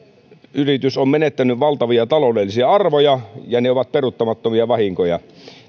yritys on menettänyt valtavia taloudellisia arvoja ja ne ovat peruuttamattomia vahinkoja